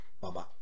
Bye-bye